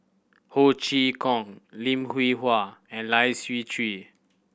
Ho Chee Kong Lim Hwee Hua and Lai Siu Chiu